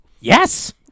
Yes